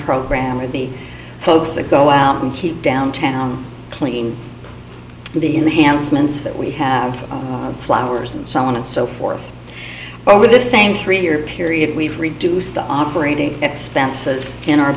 program or the folks that go out and keep downtown clean the in the hands months that we have flowers and someone and so forth over the same three year period we've reduced the operating chances in our